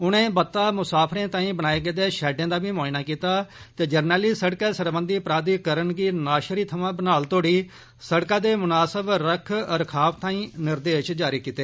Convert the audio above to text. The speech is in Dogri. उनें बत्तै मुसाफरें तांई बनाए गेदे शैड्डें दा बी मुआयना कीता ते जरनैली सिड़क सरबंधी प्राधिकरण गी नाशरी थवा बनिहाल तोड़ी सड़कै दे मुनासब रक्ख रखाव तांई निर्देश जारी कीते